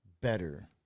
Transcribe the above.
better